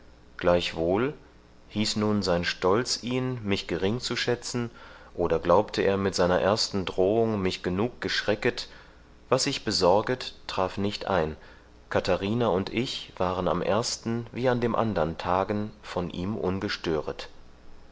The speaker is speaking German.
stand gleichwohl hieß nun sein stolz ihn mich gering zu schätzen oder glaubte er mit seiner ersten drohung mich genug geschrecket was ich besorget traf nicht ein katharina und ich waren am ersten wie an den andern tagen von ihm ungestöret